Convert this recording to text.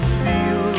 feel